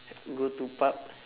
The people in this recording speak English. go to pub